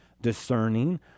discerning